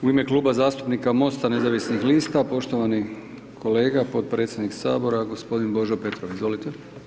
U ime Kluba zastupnika MOST-a nezavisnih lista, poštovani kolega, podpredsjednik Sabora gospodin Božo Petrov, izvolite.